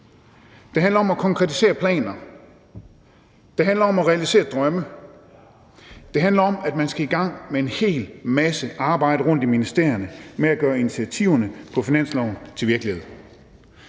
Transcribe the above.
Det handler om at konkretisere planer, det handler om at realisere drømme, det handler om, at man skal i gang med en hel masse arbejde rundt i ministerierne med at gøre initiativerne på finansloven til virkelighed.